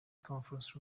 conference